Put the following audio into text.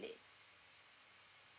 date